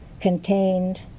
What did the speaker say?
contained